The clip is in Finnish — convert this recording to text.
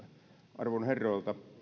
arvon herroilta